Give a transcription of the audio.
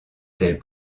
tels